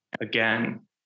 again